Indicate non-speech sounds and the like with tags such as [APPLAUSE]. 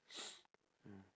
[NOISE] mm